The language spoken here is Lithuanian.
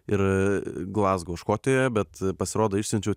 ir glazgo škotijoje bet pasirodo išsiunčiau